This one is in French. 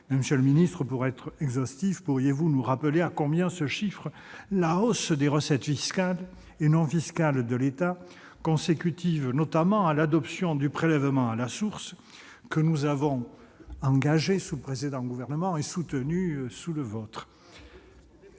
monsieur le ministre, pour être exhaustif, pourriez-vous nous rappeler à combien se chiffre la hausse des recettes fiscales et non fiscales de l'État consécutive notamment à l'adoption du prélèvement à la source, que nous avons engagée sous le précédent gouvernement et soutenue sous le vôtre ?